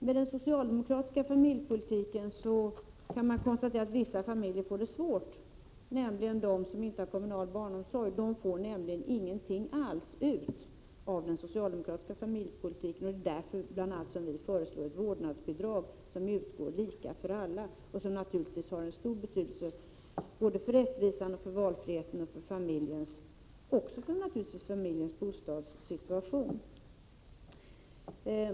Med den socialdemokratiska familjepolitiken får, kan man konstatera, vissa familjer det svårt, nämligen de som inte har kommunal barnomsorg; de får nämligen ingenting alls ut av den socialdemokratiska familjepolitiken. Det är bl.a. därför som vi föreslår ett vårdnadsbidrag som utgår lika för alla och som naturligtvis har stor betydelse såväl för rättvisan och valfriheten som för familjens bostadssituation.